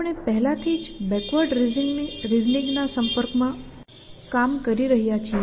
આપણે પહેલાથી જ બેકવર્ડ રિઝનિંગના સંપર્કમાં કામ કરી રહ્યા છીએ